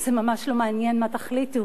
זה ממש לא מעניין מה שתחליטו,